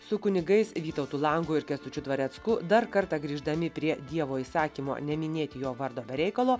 su kunigais vytautu langu ir kęstučiu dvarecku dar kartą grįždami prie dievo įsakymo neminėti jo vardo be reikalo